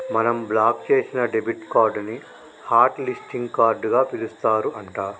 మనం బ్లాక్ చేసిన debit card ని హట్ లిస్టింగ్ కార్డుగా పిలుస్తారు అంట